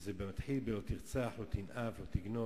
וזה מתחיל בלא תרצח, לא תנאף, לא תגנוב.